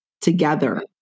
together